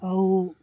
ଆଉ